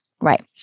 right